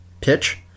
pitch